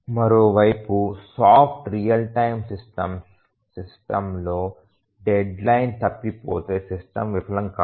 మరోవైపు soft real time సిస్టమ్లో deadline తప్పిపోతే సిస్టమ్ విఫలం కాదు